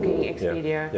expedia